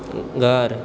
घर